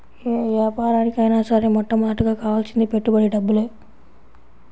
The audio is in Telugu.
యే యాపారానికైనా సరే మొట్టమొదటగా కావాల్సింది పెట్టుబడి డబ్బులే